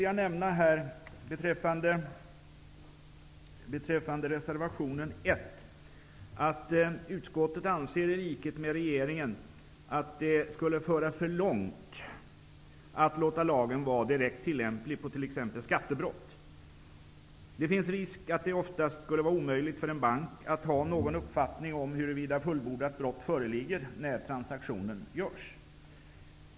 Jag vill beträffande reservation nr 1 nämna att utskottet anser, i likhet med regeringen, att det skulle föra för långt att låta lagen vara direkt tillämplig på t.ex. skattebrott. Det finns risk att det oftast skulle vara omöjligt för en bank att ha någon uppfattning om huruvida fullbordat brott föreligger när transaktionen görs.